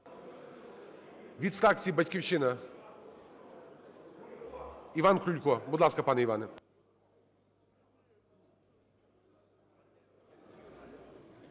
Від фракції "Батьківщина" Іван Крулько. Будь ласка, пане Іване.